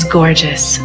gorgeous